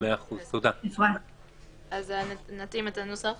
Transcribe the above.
מה שהסברתי קודם שאנחנו בהצעת החוק